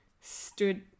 stood